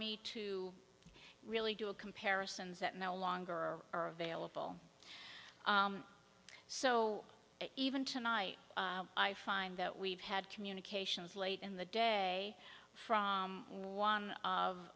me to really do a comparisons that mel longer or are available so even tonight i find that we've had communications late in the day from one of